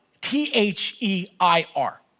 T-H-E-I-R